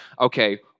Okay